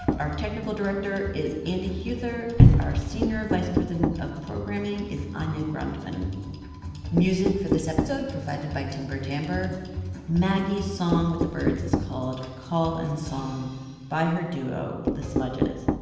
our technical director is andy huether, and our senior vice president of programming is anya grundmann music for this episode provided by timber timbre maggie's song with the birds is called call and song by her duo, the smudges.